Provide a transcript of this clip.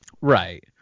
right